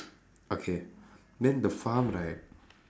okay then the farm right